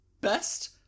best